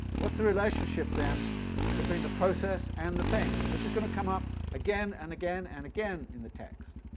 what's the relationship then between the process and the thing? this is going to come up again and again and again in the text.